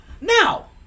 Now